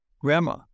grandma